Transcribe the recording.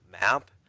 map